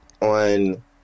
on